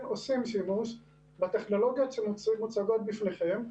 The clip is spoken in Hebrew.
עושים שימוש בטכנולוגיות שמוצגות בפניכם,